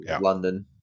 London